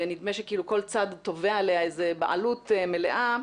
נדמה שכאילו כל צד תובע עליה בעלות מלאה,